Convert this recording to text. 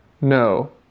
No